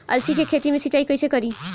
अलसी के खेती मे सिचाई कइसे करी?